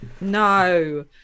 No